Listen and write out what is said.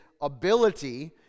ability